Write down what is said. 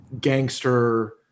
gangster